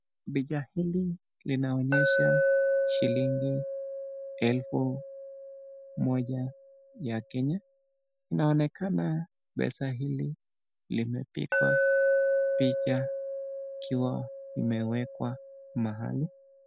Picha hili linaonyesha shilingi elfu moja ya Kenya. Inaonekana pesa hili limepigwa picha ikiwa imewekwa mahali.